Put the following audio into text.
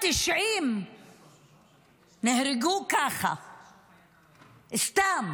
190 נהרגו ככה סתם.